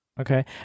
Okay